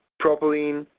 propylene,